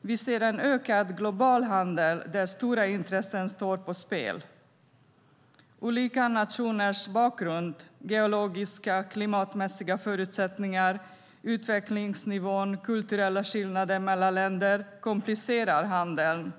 Vi ser en ökad global handel där stora intressen står på spel. Olika nationers bakgrund, geologiska och klimatmässiga förutsättningar, utvecklingsnivå och kulturella skillnader mellan länder komplicerar handeln.